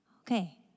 Okay